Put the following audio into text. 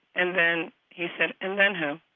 and then he said, and then who?